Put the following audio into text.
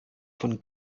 von